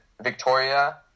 Victoria